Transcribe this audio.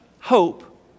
hope